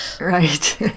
Right